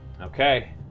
Okay